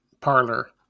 Parlor